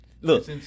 Look